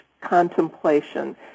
contemplation